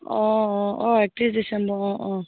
অঁ অঁ অঁ একত্ৰিছ ডিচেম্বৰ অঁ অঁ